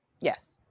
Yes